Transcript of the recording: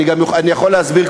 אני יכול להסביר,